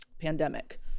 pandemic